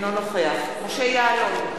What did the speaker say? אינו נוכח משה יעלון,